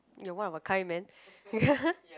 you are one of a kind man